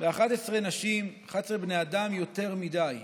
ב-11 נשים יותר מדי,